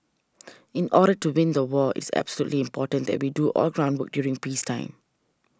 in order to win the war it's absolutely important that we do all the groundwork during peacetime